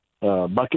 bucket